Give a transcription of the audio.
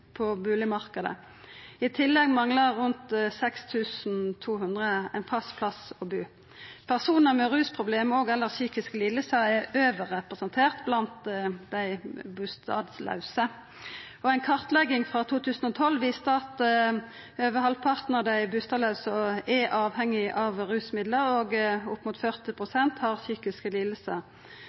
på bustadmarknaden. I tillegg manglar rundt 6 200 ein fast plass å bu. Personar med rusproblem og/eller psykiske lidingar er overrepresenterte blant dei bustadlause. Ei kartlegging frå 2012 viste at over halvparten av dei bustadlause er avhengige av rusmiddel og opp mot 40 pst. har psykiske